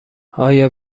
آیا